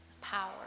power